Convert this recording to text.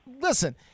Listen